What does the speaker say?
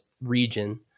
region